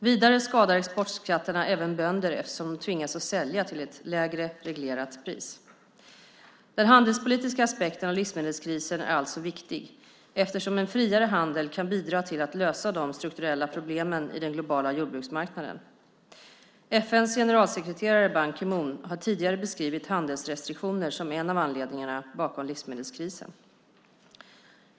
Vidare skadar exportskatterna även bönder eftersom de tvingas att sälja till ett lägre reglerat pris. Den handelspolitiska aspekten av livsmedelskrisen är alltså viktig eftersom en friare handel kan bidra till att lösa de strukturella problemen i den globala jordbruksmarknaden. FN:s generalsekreterare, Ban Ki-moon, har tidigare beskrivit handelsrestriktioner som en av anledningarna bakom livsmedelskrisen.